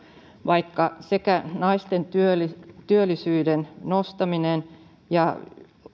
vaikka naisten työllisyyden nostaminen